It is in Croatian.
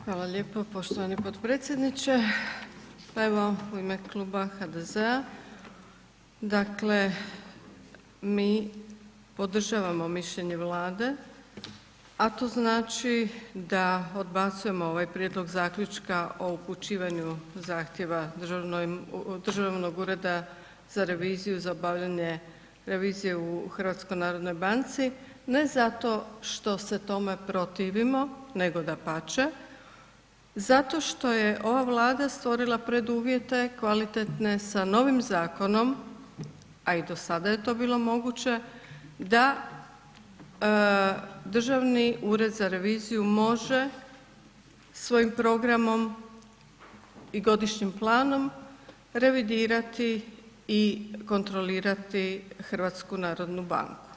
Hvala lijepo poštovani potpredsjedniče, pa evo u ime Kluba HDZ-a dakle mi podržavamo mišljenje Vlada, a to znači da odbacujemo ovaj prijedlog zaključka o upućivanju zahtjeva Državnog ureda za reviziju za obavljanje revizije u Hrvatskoj narodnoj banci, ne zato što se tome protivimo nego dapače zato što je ova Vlada stvorila preduvjete kvalitetne s novim zakonom, a i do sada je to bilo moguće da Državni ured za reviziju može svojim programom i godišnjim planom revidirati i kontrolirati HNB.